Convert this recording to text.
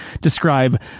describe